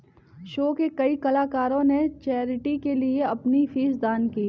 show के कई कलाकारों ने चैरिटी के लिए अपनी फीस दान की